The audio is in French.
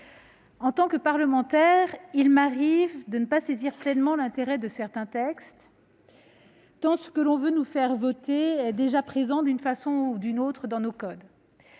en tant que parlementaire, il m'arrive parfois de ne pas saisir pleinement l'intérêt de certains textes, tant ce que l'on veut nous faire voter est déjà présent d'une façon ou d'une autre dans nos codes.